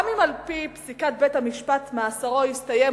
גם אם על-פי פסיקת בית-המשפט מאסרו הסתיים,